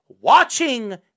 watching